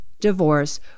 divorce